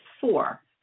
four